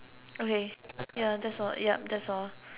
okay ya that's all yep that's all